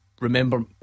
remember